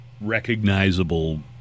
recognizable